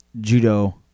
Judo